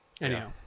anyhow